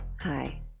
Hi